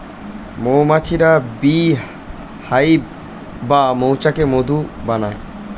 মৌমাছিরা bee hive বা মৌচাকে মধু বানায়